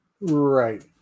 Right